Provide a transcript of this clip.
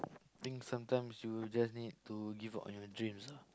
think sometimes you just need to give up on your dreams ah